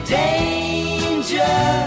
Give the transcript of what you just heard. danger